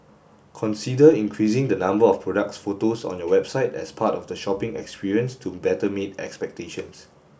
consider increasing the number of product photos on your website as part of the shopping experience to better meet expectations